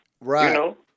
Right